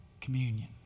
communion